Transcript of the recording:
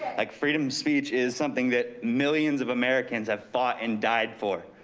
like freedom speech is something that millions of americans have fought and died for.